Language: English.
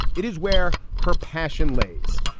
it is where her passion lays.